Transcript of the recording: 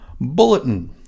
Bulletin